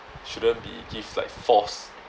shouldn't be give like force